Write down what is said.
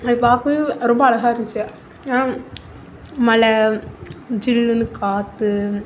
அதை பார்க்கவே ரொம்ப அழகா இருந்துச்சு ஏன்னால் மலை ஜில்லுனு காற்று